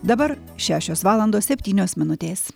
dabar šešios valandos septynios minutės